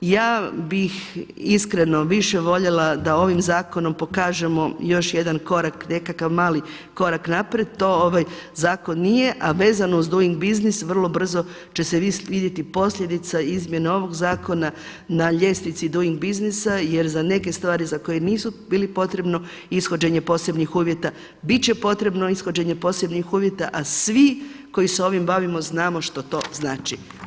Ja bih iskreno više voljela da ovim zakonom pokažemo još jedan korak, nekakav mali korak naprijed, to ovaj zakon nije a vezano uz Doing Business vrlo brzo će se vidjeti posljedica, izmjene ovog zakona na ljestvici Doing Businessa jer za neke stvari za koje nije bilo potrebno ishođenje posebnih uvjeta, biti će potrebno ishođenje posebnih uvjeta a svi koji se ovim bavimo znamo što to znači.